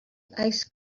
ice